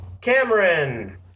Cameron